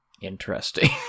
Interesting